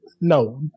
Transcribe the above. no